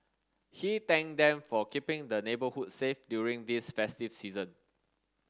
he thanked them for keeping the neighbourhood safe during this festive season